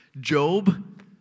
Job